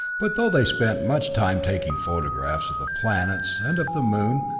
but though they spent much time taking photographs of the planets and of the moon,